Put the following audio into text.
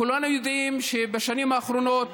כולנו יודעים שבשנים האחרונות,